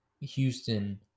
Houston